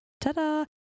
Ta-da